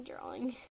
drawing